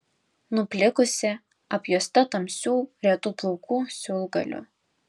nuplikusi apjuosta tamsių retų plaukų siūlgalių